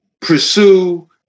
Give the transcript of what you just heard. pursue